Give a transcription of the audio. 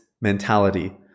mentality